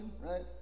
right